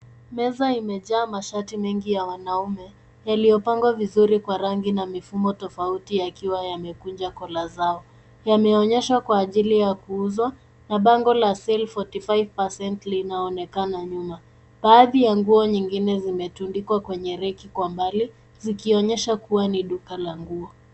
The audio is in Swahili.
Meza imejaa mashati mengi ya wanawake yaliyopangwa vizuri kwa rangi na mifumo tofauti yakiwa yamekunjwa yameonyeshwa kwa ajili ya kuuzwa na bango la sale for forty five percent linaonekana nyuma baadhi ya nguo nyingine zimetundikwa kwenye reki kwa umbali zikionyesha kua ni duka la nguo.